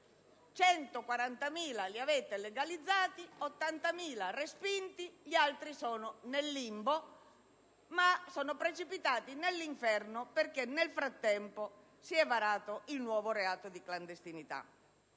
140.000 persone ed 80.000 sono state respinte. Le altre sono nel limbo, ma sono precipitate nell'inferno perché nel frattempo si è varato il nuovo reato di clandestinità.